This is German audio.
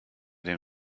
den